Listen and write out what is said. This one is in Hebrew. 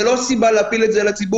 זה לא סיבה להפיל את זה על הציבור.